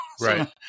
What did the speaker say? right